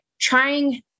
trying